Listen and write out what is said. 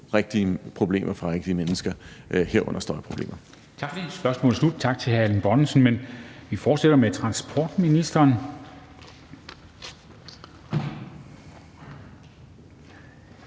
rigtige problemer for rigtige mennesker, herunder støjproblemer.